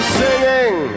singing